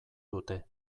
dute